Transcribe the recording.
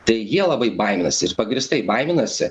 tai jie labai baiminasi ir pagrįstai baiminasi